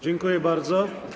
Dziękuję bardzo.